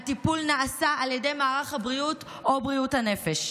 הטיפול נעשה על ידי מערך הבריאות או בריאות הנפש.